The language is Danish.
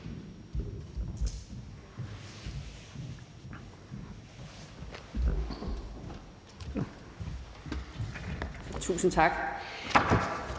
Tusind tak.